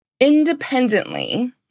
independently